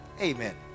amen